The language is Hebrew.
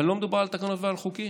אבל לא מדובר על תקנות ועל חוקים,